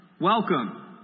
welcome